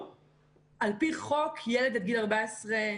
על פי חוק ילד עד גיל 14,